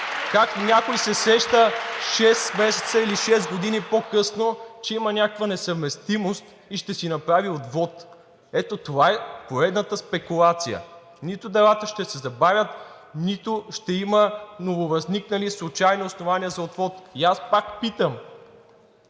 Как някой се сеща шест месеца или шест години по късно, че има някаква несъвместимост и ще си направи отвод? Ето това е поредната спекулация. Нито делата ще се забавят, нито ще има нововъзникнали случайни основания за отвод. И аз пак питам: